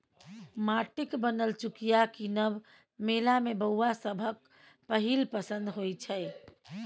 माटिक बनल चुकिया कीनब मेला मे बौआ सभक पहिल पसंद होइ छै